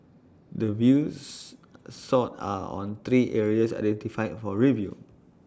the views sought are on three areas identified for review